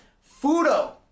Fudo